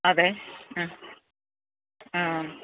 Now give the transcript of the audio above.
അതേ മ് അ